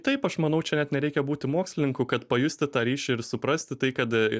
taip aš manau čia net nereikia būti mokslininku kad pajusti tą ryšį ir suprasti tai kad